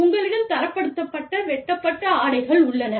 உங்களிடம் தரப்படுத்தப்பட்ட வெட்டப்பட்ட ஆடைகள் உள்ளன